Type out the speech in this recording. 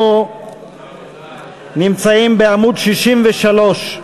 אנחנו נמצאים בעמוד 63,